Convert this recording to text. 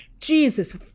Jesus